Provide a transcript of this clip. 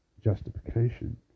justification